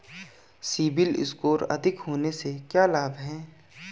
CIBIL score अधिक होने से क्या लाभ हैं?